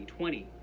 2020